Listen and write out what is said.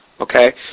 Okay